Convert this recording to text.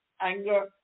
anger